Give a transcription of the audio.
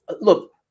look –